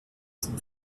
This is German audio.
zum